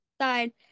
side